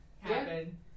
happen